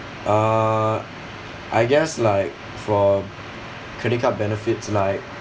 uh I guess like for credit card benefits like